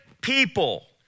people